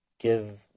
give